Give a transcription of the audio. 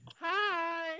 Hi